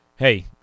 Hey